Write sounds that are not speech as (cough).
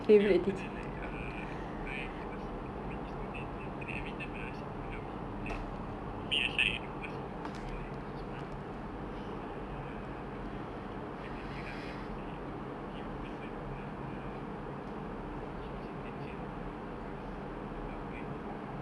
then after that like uh I because he got too many students then after that everytime I ask him for help he will like put me aside you know because he you know like his perang~ his uh (noise) attitude ah he's like he would prefer to like uh uh give his attention to those who are better you know